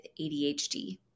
ADHD